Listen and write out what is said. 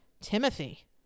Timothy